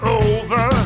over